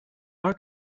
are